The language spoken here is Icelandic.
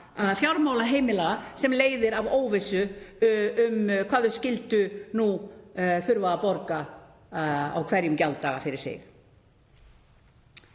fjármálum heimila sinna sem leiðir af óvissu um hvað þau skyldu nú þurfa að borga á hverjum gjalddaga fyrir sig,